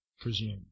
presume